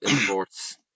imports